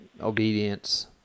obedience